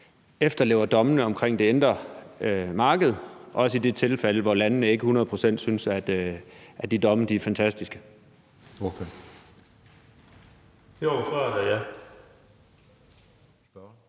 efterlever dommene omkring det indre marked, også i de tilfælde, hvor landene ikke hundrede procent synes at de domme er fantastiske?